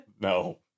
No